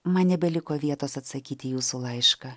man nebeliko vietos atsakyti į jūsų laišką